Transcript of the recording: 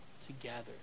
together